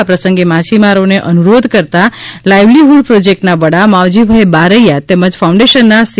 આ પ્રસંગે માછીમારોને અનુરોધ કરતાં લાઈવલી હૂડ પ્રોજેક્ટના વડા માવજીભાઈ બારૈયા તેમજ ફાઉન્ડેશનના સી